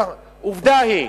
עובדה היא,